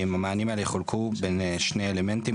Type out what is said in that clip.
המענים האלה יחולקו בין שני אלמנטים,